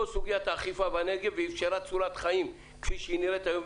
סוגיית האכיפה בנגב ואפשרה צורת חיים כפי שהיא נראית היום.